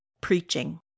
preaching